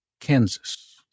Kansas